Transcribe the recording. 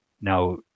Now